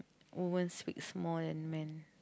woman speak small than man